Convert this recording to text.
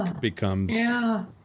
becomes